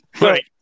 Right